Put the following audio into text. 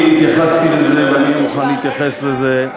אני התייחסתי לזה ואני אהיה מוכן להתייחס לזה.